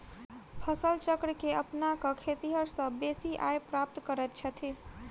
फसल चक्र के अपना क खेतिहर सभ बेसी आय प्राप्त करैत छथि